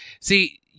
See